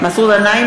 נגד שמעון אוחיון,